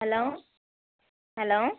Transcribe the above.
hello hello